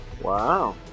wow